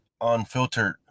unfiltered